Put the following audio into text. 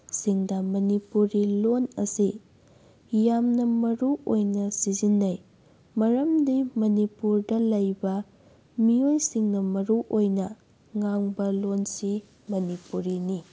ꯁꯤꯡꯗ ꯃꯅꯤꯄꯨꯔꯤ ꯂꯣꯟ ꯑꯁꯤ ꯌꯥꯝꯅ ꯃꯔꯨꯑꯣꯏꯅ ꯁꯤꯖꯤꯟꯅꯩ ꯃꯔꯝꯗꯤ ꯃꯅꯤꯄꯨꯔꯗ ꯂꯩꯕ ꯃꯤꯑꯣꯏꯁꯤꯡꯅ ꯃꯔꯨꯑꯣꯏꯅ ꯉꯥꯡꯕ ꯂꯣꯟꯁꯤ ꯃꯅꯤꯄꯨꯔꯤꯅꯤ